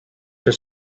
your